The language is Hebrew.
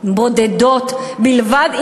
בודדות בלבד,